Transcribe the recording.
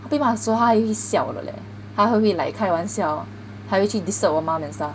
他被骂时候他还会笑的 leh 他还会 like 开玩笑还会去 disturb 我 mum and stuff